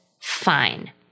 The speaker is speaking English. fine